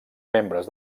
membres